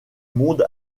monde